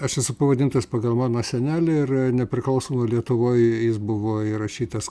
aš esu pavadintas pagal mano senelį ir nepriklausomoj lietuvoj jis buvo įrašytas